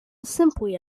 simply